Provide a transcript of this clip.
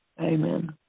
Amen